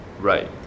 Right